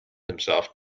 himself